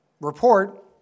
report